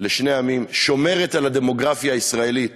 לשני עמים, שומרת על הדמוגרפיה הישראלית